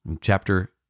chapter